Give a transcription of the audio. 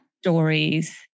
stories